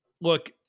look